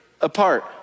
apart